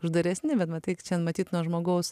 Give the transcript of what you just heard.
uždaresni bet matai čia matyt nuo žmogaus